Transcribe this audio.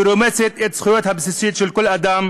שרומסת את הזכות הבסיסית של כל אדם